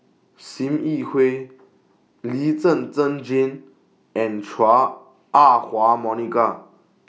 SIM Yi Hui Lee Zhen Zhen Jane and Chua Ah Huwa Monica